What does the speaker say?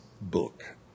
book